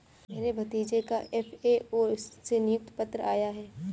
मेरे भतीजे का एफ.ए.ओ से नियुक्ति पत्र आया है